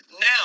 now